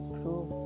prove